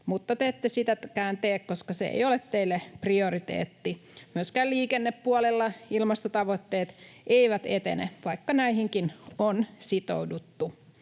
mutta te ette sitäkään tee, koska se ei ole teille prioriteetti. Myöskään liikennepuolella ilmastotavoitteet eivät etene, vaikka näihinkin on sitouduttu.